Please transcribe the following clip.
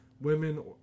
women